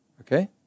Okay